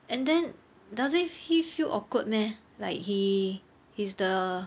and then doesn't he feel awkward meh like he he's the